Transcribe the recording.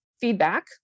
feedback